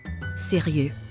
sérieux